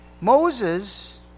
Moses